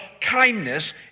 kindness